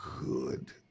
good